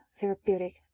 therapeutic